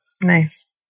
nice